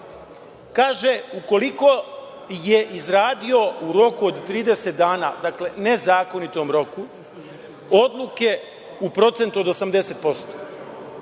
kaže – ukoliko je izradio u roku od 30 dana, dakle, u nezakonitom roku, odluke u procentu od 80%,